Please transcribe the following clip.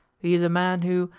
he is a man who,